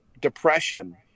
depression